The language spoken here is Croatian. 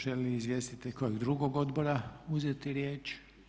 Želi li izvjestitelj kojeg drugog odbora uzeti riječ?